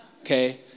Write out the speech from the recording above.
okay